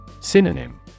Synonym